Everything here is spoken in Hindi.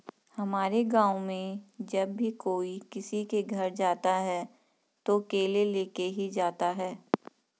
हमारे गाँव में जब भी कोई किसी के घर जाता है तो केले लेके ही जाता है